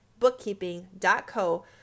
Bookkeeping.co